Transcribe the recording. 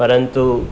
પરંતુ